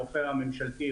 הרופא הממשלתי,